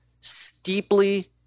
steeply